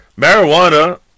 marijuana